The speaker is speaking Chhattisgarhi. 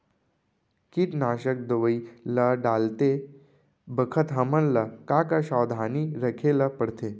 कीटनाशक दवई ल डालते बखत हमन ल का का सावधानी रखें ल पड़थे?